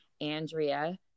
Andrea